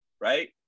right